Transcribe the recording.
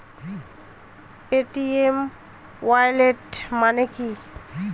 Paytm wallet মানে কি?